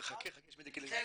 -- רגע,